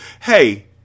Hey